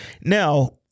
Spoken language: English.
now